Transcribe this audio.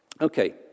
okay